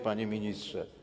Panie Ministrze!